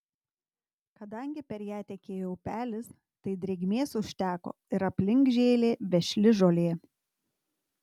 kadangi per ją tekėjo upelis tai drėgmės užteko ir aplink žėlė vešli žolė